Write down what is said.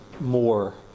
more